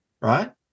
right